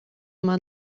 uma